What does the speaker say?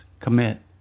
commit